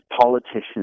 politicians